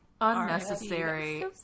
unnecessary